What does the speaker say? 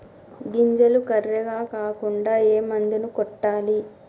గింజలు కర్రెగ కాకుండా ఏ మందును కొట్టాలి?